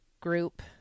group